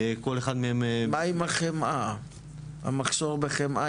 כל אחד מהם --- מה עם המחסור בחמאה